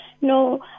No